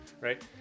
right